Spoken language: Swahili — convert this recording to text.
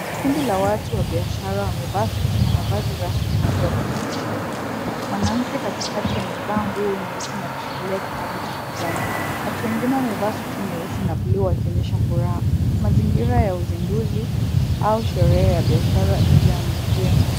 Kundi la watu wa biashara wamevaa suti na mavazi rasmi wakiwa katika sherehe. Mwanamke katikati amevaa nguo nyeusi na kushikilia kitabu cha kijani. Watu wengine wamevaa suti nyeusi na bluu wakionyesha furaha. Mazingira ya uzinduzi au sherehe ya biashara nje ya jengo.